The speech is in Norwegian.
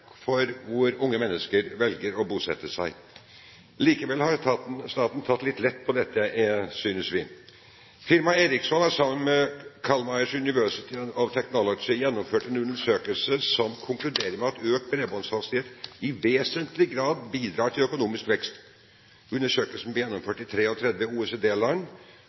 for hvor unge mennesker velger å bosette seg. Likevel har staten tatt litt lett på dette, synes vi. Firmaet Ericsson har sammen med Chalmers University of Technology gjennomført en undersøkelse som konkluderer med at økt bredbåndshastighet i vesentlig grad bidrar til økonomisk vekst. Undersøkelsen ble gjennomført i